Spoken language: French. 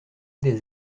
des